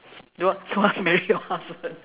don't wa~ don't want marry your husband